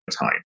time